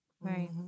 Right